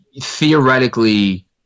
theoretically